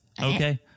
Okay